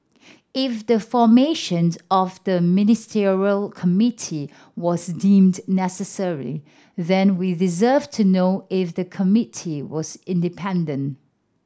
if the formations of the Ministerial Committee was deemed necessary then we deserve to know if the committee was independent